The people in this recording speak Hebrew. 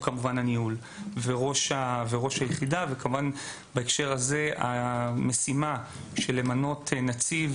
כמובן הניהול וראש היחידה וכמובן בהקשר הזה המשימה של למנות נציב